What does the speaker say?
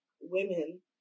women